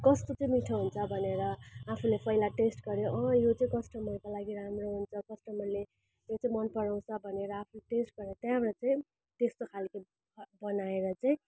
कस्तो चाहिँ मिठो हुन्छ भनेर आफूले पहिला टेस्ट गर्यो अँ यो चाहिँ कस्टमरको लागि राम्रो हुन्छ कस्टमरले यो चाहिँ मनपराउँछ भनेर आफूले टेस्ट गरेर त्यहाँबाट चाहिँ त्यस्तो खालको बनाएर चाहिं